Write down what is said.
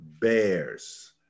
Bears